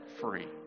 free